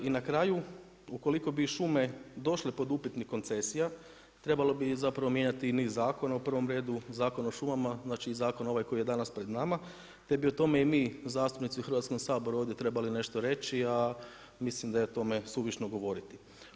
I na kraju ukoliko bi šume došle pod upitnik koncesija trebalo bi zapravo mijenjati niz zakona, u prvom redu Zakon o šumama, znači i Zakon ovaj koji je danas pred nama te bi o tome i mi zastupnici u Hrvatskom saboru ovdje trebali nešto reći a mislim da je o tome suvišno govoriti.